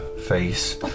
face